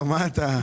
ותגיע לאישור